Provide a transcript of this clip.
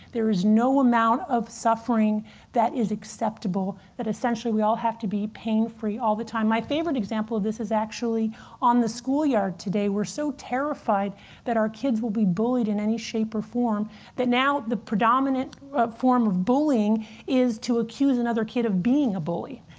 there is no amount of suffering that is acceptable, that essentially, we all have to be pain-free all the time. my favorite example of this is actually on the schoolyard today. we're so terrified that our kids will be bullied in any shape or form that now the predominant form of bullying is to accuse another kid of being a bully.